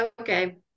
Okay